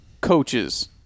coaches